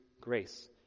grace